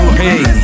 hey